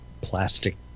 plastic